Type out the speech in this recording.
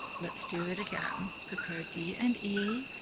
let's do it again. prepare d and e.